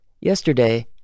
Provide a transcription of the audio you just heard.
Yesterday